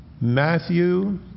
Matthew